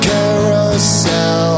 Carousel